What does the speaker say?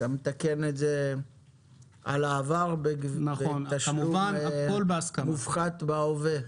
אתה מתקן את זה על העבר בשיעור מופחת בהווה.